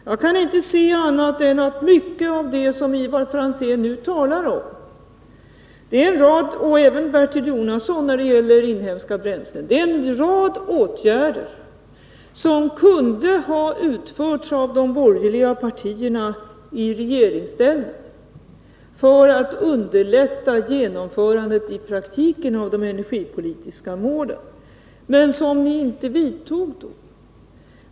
Jag kan inte se annat än att mycket i det som Ivar Franzén och även Bertil Jonasson talar om när det gäller inhemska bränslen är en rad åtgärder som kunde ha utförts av de borgerliga partierna i regeringsställning, för att underlätta genomförandet i praktiken av de energipolitiska målen, men som ni inte vidtog då.